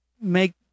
make